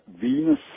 Venus